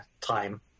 time